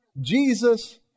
Jesus